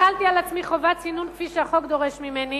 החלתי על עצמי חובת צינון כפי שהחוק דורש ממני,